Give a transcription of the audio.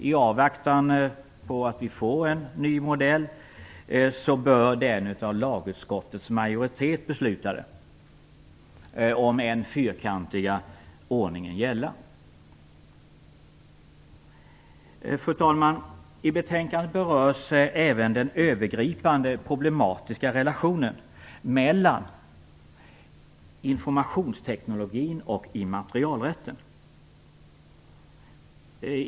I avvaktan på att vi får en ny modell bör den av lagutskottets majoritet beslutade - om än fyrkantiga - Fru talman! I betänkandet berörs även den övergripande problematiska relationen mellan informationsteknologin och immaterialrätten.